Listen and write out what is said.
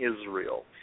Israel